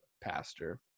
Pastor